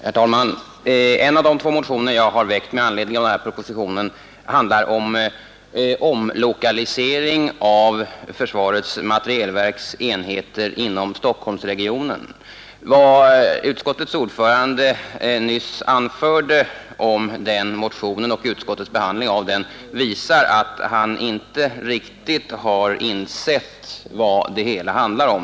Herr talman! En av de två motioner som jag har väckt med anledning av denna proposition handlar om en omlokalisering av försvarets materielverks enheter inom Stockholmsregionen. Vad utskottets ordförande nyss anförde om den motionen och utskottets behandling av den visar att han inte riktigt har uppfattat motionens innebörd.